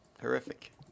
horrific